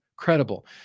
credible